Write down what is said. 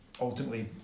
ultimately